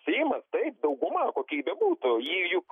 seimas taip dauguma kokia ji bebūtų ji juk